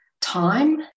time